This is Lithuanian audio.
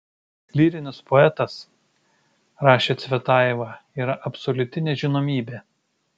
lyrinis poetas rašė cvetajeva yra absoliuti nežinomybė